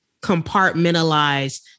Compartmentalize